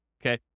okay